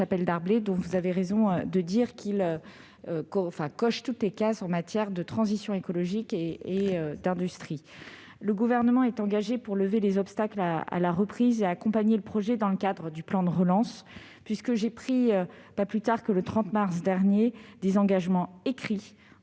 Darblay, dont vous avez raison de dire qu'il coche toutes les cases en matière de transition écologique et d'industrie. Le Gouvernement s'est engagé à lever les obstacles à la reprise et à accompagner le projet dans le cadre du plan de relance. Pas plus tard que le 30 mars dernier, j'ai pris des engagements écrits en